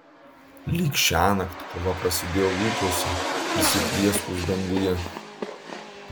lyg šiąnakt kova prasidėjo lūpose įsiplieskus danguje